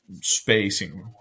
spacing